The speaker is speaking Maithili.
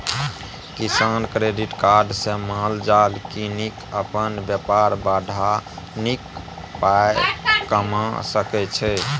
किसान क्रेडिट कार्ड सँ माल जाल कीनि अपन बेपार बढ़ा नीक पाइ कमा सकै छै